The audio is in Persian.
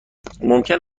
ممکن